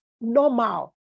normal